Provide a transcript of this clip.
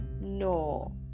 No